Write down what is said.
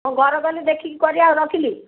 ମୁଁ ଘରେ ଗଲେ ଦେଖିକି କରିବା ଆଉ ରଖିଲି